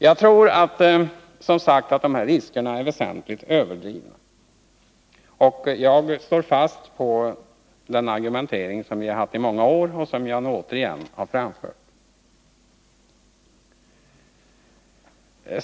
Jag tror som sagt att riskerna är väsentligt överdrivna, och jag står fast vid den argumentering som vi har haft i många år och som jag nu återigen har framfört.